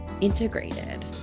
integrated